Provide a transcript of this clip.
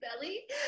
belly